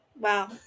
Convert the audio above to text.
Wow